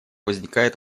возникает